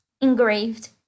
engraved